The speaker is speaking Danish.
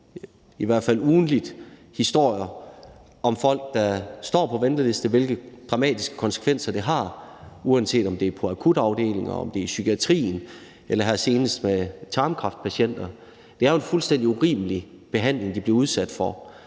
i hvert fald ugentligt, historier om folk, der står på venteliste, og hvilke dramatiske konsekvenser det har, uanset om det er på akutafdelinger, om det er i psykiatrien, eller om det som her senest er med tarmkræftpatienter. Det er jo en fuldstændig urimelig behandling, de bliver udsat for,